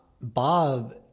Bob